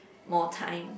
more time